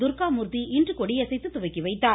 துர்காமூர்த்தி இன்று கொடியசைத்து இன்று துவக்கி வைத்தார்